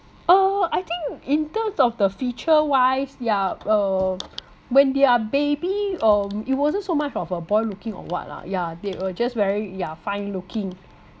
uh I think in terms of the feature wise yup uh when they are baby um it wasn't so much of a boy looking or what lah ya they were just very ya fine looking